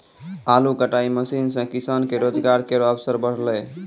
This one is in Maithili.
आलू कटाई मसीन सें किसान के रोजगार केरो अवसर बढ़लै